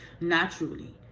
naturally